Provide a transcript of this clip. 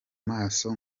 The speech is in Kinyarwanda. maso